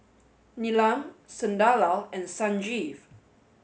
Neelam Sunderlal and Sanjeev